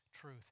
truth